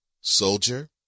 soldier